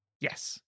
Yes